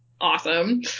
awesome